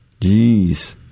Jeez